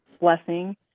blessing